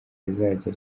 rizajya